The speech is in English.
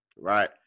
right